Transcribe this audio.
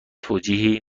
توجیهی